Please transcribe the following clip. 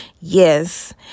yes